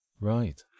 Right